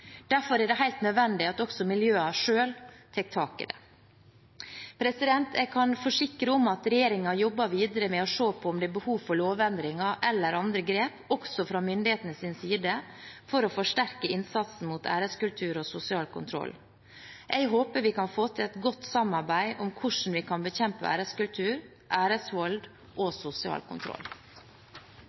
Derfor er det helt nødvendig at også miljøene selv tar tak i dette. Jeg kan forsikre om at regjeringen jobber videre med å se på om det er behov for lovendringer eller andre grep, også fra myndighetenes side, for å forsterke innsatsen mot æreskultur og sosial kontroll. Jeg håper vi kan få til et godt samarbeid om hvordan vi kan bekjempe æreskultur, æresvold og sosial kontroll.